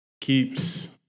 keeps